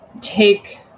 take